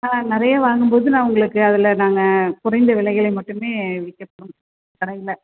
ஆ நிறைய வாங்கும்போது நான் உங்களுக்கு அதில் நாங்கள் குறைந்த விலையில் மட்டுமே விற்கப்படும் கடையில்